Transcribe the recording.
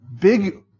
big